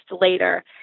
later